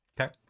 Okay